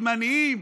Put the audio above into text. זמניים,